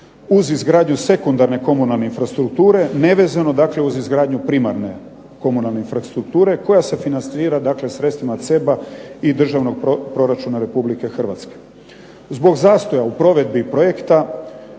uz izgradnju sekundarne komunalne infrastrukture, nevezano dakle uz izgradnju primarne komunalne infrastrukture, koja se financira dakle sredstvima CEB-a i državnog proračuna Republike Hrvatske. Zbog zastoja u provedbi projekta